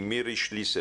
עם מירי שליס,